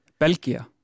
Belgia